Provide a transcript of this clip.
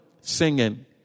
singing